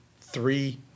three